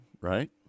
Right